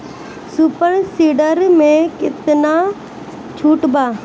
Super seeder मै कितना छुट बा?